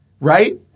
right